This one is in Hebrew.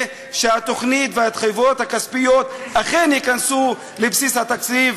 שהתוכנית וההתחייבויות הכספיות אכן ייכנסו לבסיס התקציב,